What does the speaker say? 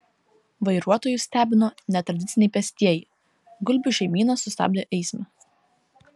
vairuotojus stebino netradiciniai pėstieji gulbių šeimyna sustabdė eismą